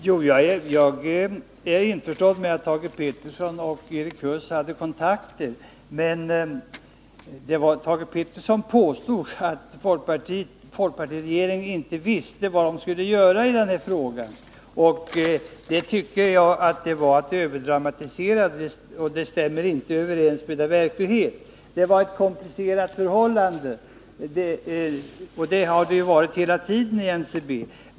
Herr talman! Jag är införstådd med att Thage Peterson och Erik Huss hade kontakter. Men Thage Peterson påstod att folkpartiregeringen inte visste vad den skulle göra i denna fråga. Det tycker jag är att överdramatisera, och det stämmer inte överens med verkligheten. Det var ett komplicerat förhållande i NCB, och det har det varit hela tiden.